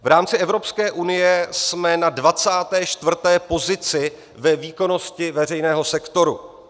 V rámci Evropské unie jsme na 24. pozici ve výkonnosti veřejného sektoru.